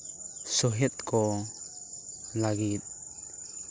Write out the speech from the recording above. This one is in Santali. ᱥᱚᱦᱮᱫ ᱠᱚ ᱞᱟᱹᱜᱤᱫ